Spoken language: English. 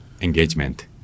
engagement